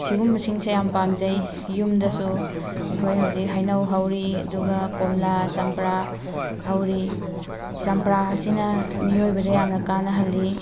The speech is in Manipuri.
ꯁꯤꯒꯨꯝꯕꯁꯤꯡꯁꯦ ꯌꯥꯝꯅ ꯄꯥꯝꯖꯩ ꯌꯨꯝꯗꯁꯨ ꯑꯩꯈꯣꯏ ꯍꯧꯖꯤꯛ ꯍꯩꯅꯧ ꯍꯧꯔꯤ ꯑꯗꯨꯒ ꯀꯣꯝꯂꯥ ꯄꯝꯄ꯭ꯔꯥ ꯍꯧꯔꯤ ꯆꯝꯄ꯭ꯔꯥ ꯑꯁꯤꯅ ꯃꯤꯑꯣꯏꯕꯗ ꯌꯥꯝꯅ ꯀꯥꯟꯅꯍꯜꯂꯤ